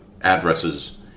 addresses